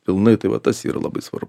pilnai tai va tas yra labai svarbu